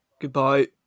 Goodbye